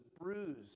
bruised